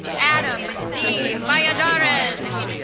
adam d viadarez.